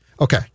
Okay